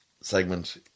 segment